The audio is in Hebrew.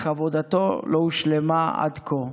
אך עבודתו לא הושלמה עד כה.